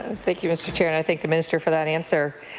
and thank you, mr. chair. and i thank the minister for that answer.